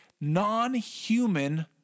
non-human